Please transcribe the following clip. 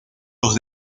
los